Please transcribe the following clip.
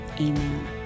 amen